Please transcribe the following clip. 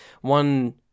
one